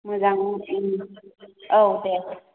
मोजां औ दे